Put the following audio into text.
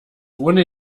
wohne